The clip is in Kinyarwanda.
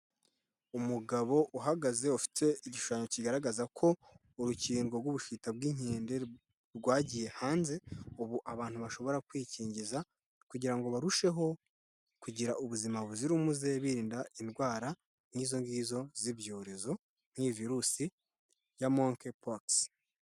Umugabo uhagaze ufite igishushanyo kigaragaza ko urukingo rw'ubushita bw'inkende rwagiye hanze. Ubu abantu bashobora kwikingiza kugira ngo barusheho kugira ubuzima buzira umuze birinda indwara nk'izo ngizo z'ibyorezo, nk'iyi virusi ya monkey pox.